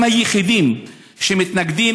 הם היחידים שמתנגדים,